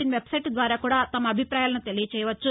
in website ద్వారా తమ అభిప్రాయాలను తెలియచేయవచ్చు